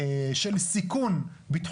מיכל, בגלל שיש חוסר בלימודי